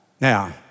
now